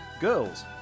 girls